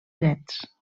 drets